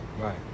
Right